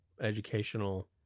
educational